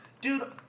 Dude